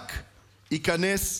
השב"כ ייכנס לנושא.